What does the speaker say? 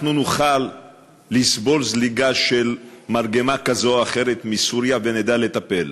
אנחנו נוכל לסבול זליגה של מרגמה כזאת או אחרת מסוריה ונדע לטפל,